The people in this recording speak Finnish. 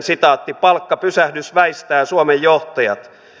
palkkapysähdys väistää suomen johtajat